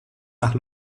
nach